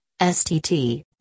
STT